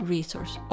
Resource